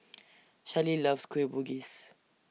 Shelley loves Kueh Bugis